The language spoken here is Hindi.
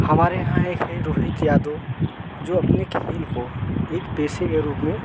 हमारे यहाँ एक है रोहित यादव जो अपनी खेल को एक पेशे के रूप में